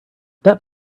that